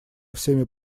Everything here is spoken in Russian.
всеми